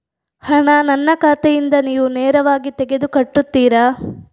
ಹಣ ನನ್ನ ಖಾತೆಯಿಂದ ನೀವು ನೇರವಾಗಿ ತೆಗೆದು ಕಟ್ಟುತ್ತೀರ?